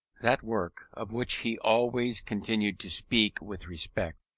that work, of which he always continued to speak with respect,